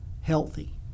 healthy